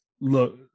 look